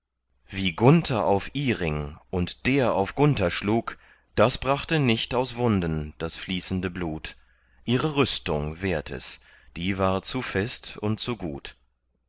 wie gunther auf iring und der auf gunther schlug das brachte nicht aus wunden das fließende blut ihre rüstung wehrt es die war zu fest und zu gut